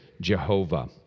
Jehovah